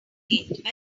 changed